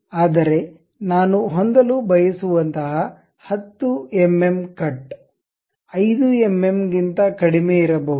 ಆದರೆ ನಾನು ಹೊಂದಲು ಬಯಸುವಂತಹ 10 ಎಂಎಂ ಕಟ್ 5 ಎಂಎಂ ಗಿಂತ ಕಡಿಮೆಯಿರಬಹುದು